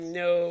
no